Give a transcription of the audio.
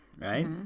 right